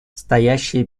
стоящие